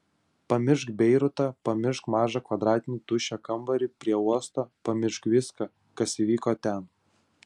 pamiršk beirutą pamiršk mažą kvadratinį tuščią kambarį prie uosto pamiršk viską kas įvyko ten